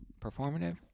performative